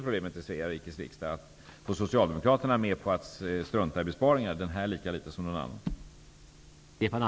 Problemet i Svea Rikes riksdag är inte att få Socialdemokraterna med på att strunta i besparingar, den här lika litet som någon annan.